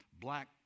black